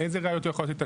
איזה ראיות הוא יכול לתת?